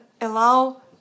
allow